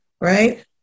right